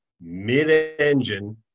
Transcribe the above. mid-engine